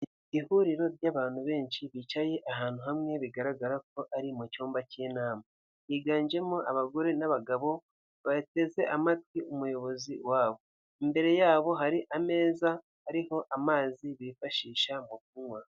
Ihuriro ry'abantu benshi bicaye ahantu hamwe, bigaragara ko ari mu cyumba cy'inama. Higanjemo abagore n'abagabo bateze amatwi umuyobozi wabo. Imbere yabo hari ameza ariho amazi bifashisha mu kunywa.